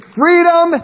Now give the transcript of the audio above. freedom